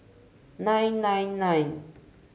nine nine nine